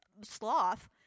sloth